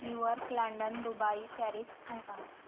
New York London Dubai Paris Hong Kong